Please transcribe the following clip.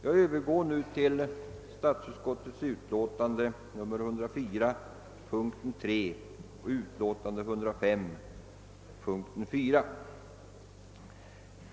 Jag övergår nu till statsutskottets utlåtande nr 104, punkten 3, och utlåtandet 105, punkten 4.